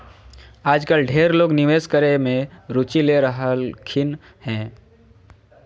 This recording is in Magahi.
आजकल ढेर लोग निवेश करे मे रुचि ले रहलखिन हें